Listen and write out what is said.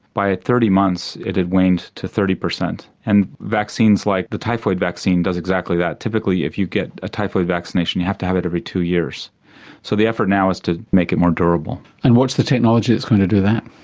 by thirty months it had waned to thirty percent and vaccines like the typhoid vaccine does exactly that. typically if you get a typhoid vaccination you have to have it every two years so the effort now is to make it more durable. and what's the technology that's going to do that?